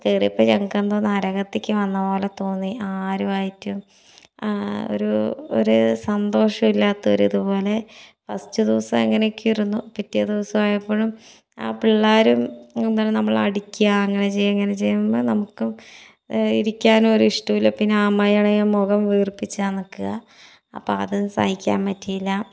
കയറിയപ്പോൾ ഞങ്ങൾക്ക് എന്തോ നരകത്തിലേക്ക് വന്ന പോലെ തോന്നി ആരുമായിട്ടും ഒരു ഒരു സന്തോഷമില്ലാത്തൊരു ഇത് പോലെ ഫസ്റ്റ് ദിവസം അങ്ങനെയൊക്കെയായിരുന്നു പിറ്റേ ദിവസം ആയപ്പോഴും ആ പിള്ളേരും എന്താണ് നമ്മളെ അടിക്കുക നമ്മളെ അങ്ങനെ ചെയ്യുക ഇങ്ങനെ ചെയ്യുക നമുക്കും ഇരിക്കാനും ഒരു ഇഷ്ടമില്ല പിന്നെ അമ്മായി ആണെങ്കിൽ മുഖം വീർപ്പിച്ചാണ് നിൽക്കുക അപ്പോൾ അത് സഹിക്കാൻ പറ്റിയില്ല